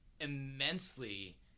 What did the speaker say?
immensely